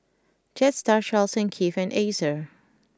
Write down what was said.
Jetstar Charles Keith and Acer